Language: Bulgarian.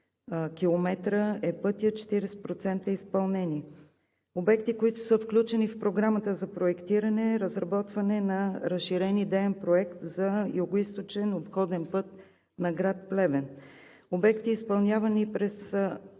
км е пътят; 40% изпълнение. Обекти, които са включени в Програмата за проектиране, разработване на разширен идеен проект за югоизточен обходен път на град Плевен. Обекти, изпълнявани през